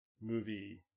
movie